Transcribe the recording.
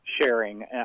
sharing